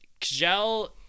kjell